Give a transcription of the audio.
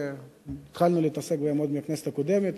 שהתחלנו להתעסק בהן עוד בכנסת הקודמת.